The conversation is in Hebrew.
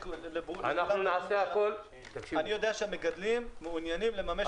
אותן כאפרוחות מקבלן מורשה לשיווק חומר רביה כמשמעותו בסעיף 44 לחוק.